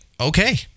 okay